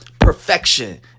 perfection